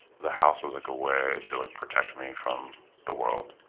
the house was like a way to like protect me from the world.